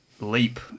leap